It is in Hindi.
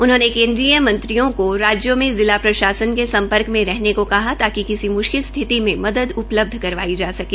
उन्होंने केन्द्रीय मंत्रियों को राज्यों में जिला प्रशासन के सम्पर्क में रहने को कहा ताकि किसी मुशकिल स्थिति में मदद उपलब्ध करवाई जा सके